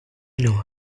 know